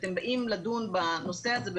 כשאתם באים לדון בנושא הזה,